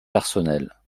personnelles